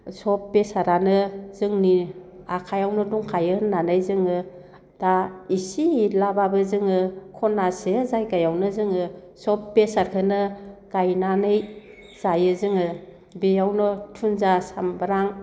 सब बेसादानो जोंनि आखाइआवनो दंखायनो होननानै जोङो दा इसि इलाब्लाबो जोङो खनासे जायगायावनो जोङो सब बेसादखोनो गायनानै जायो जोङो बेयावनो थुनजिया सामब्राम